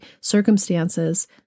circumstances